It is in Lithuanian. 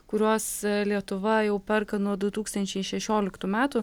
kuriuos lietuva jau perka nuo du tūkstančiai šešioliktų metų